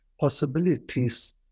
possibilities